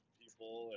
people